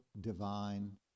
divine